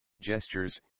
gestures